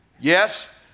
Yes